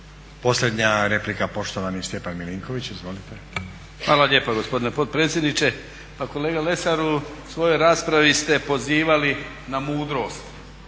Posljednja replika poštovani Stjepan Milinković. Izvolite. **Milinković, Stjepan (HDZ)** Hvala lijepa gospodine potpredsjedniče. Pa kolega Lesar u svojoj raspravi ste pozivali na mudrost